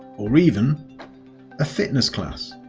or even a fitness class